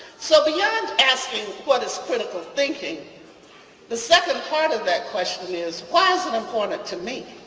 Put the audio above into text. so beyond asking what is critical thinking the second part of that question is why is it important to me?